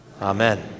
Amen